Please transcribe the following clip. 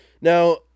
Now